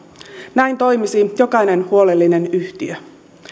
näin toimisi jokainen huolellinen yhtiö